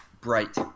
Bright